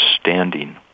standing